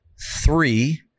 Three